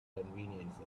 inconvenience